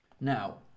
Now